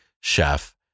chef